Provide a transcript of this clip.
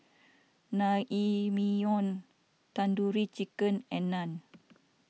Naengmyeon Tandoori Chicken and Naan